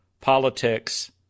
politics